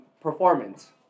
performance